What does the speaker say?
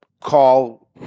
call